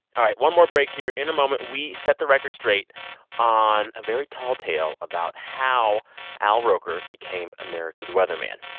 all right one more break here. in a moment, we set the record straight on a very tall tale about how al roker became america's weatherman.